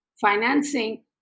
financing